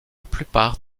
plupart